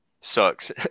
sucks